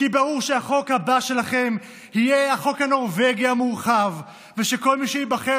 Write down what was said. כי ברור שהחוק הבא שלכם יהיה החוק הנורווגי המורחב ושכל מי שייבחר